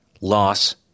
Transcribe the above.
loss